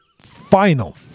Final